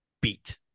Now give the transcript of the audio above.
beat